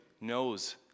knows